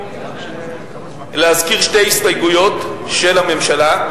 להזכיר שתי הסתייגויות של הממשלה.